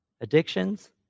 addictions